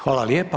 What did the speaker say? Hvala lijepa.